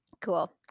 cool